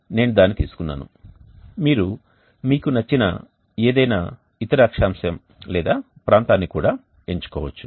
కాబట్టి నేను దానిని తీసుకున్నాను మీరు మీకు నచ్చిన ఏదైనా ఇతర అక్షాంశం లేదా ప్రాంతాన్ని కూడా ఎంచుకోవచ్చు